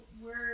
we're-